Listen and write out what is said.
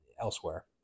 elsewhere